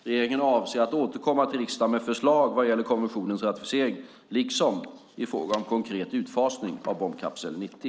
Regeringen avser att återkomma till riksdagen med förslag vad gäller konventionens ratificering, liksom i fråga om konkret utfasning av bombkapsel 90.